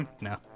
No